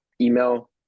email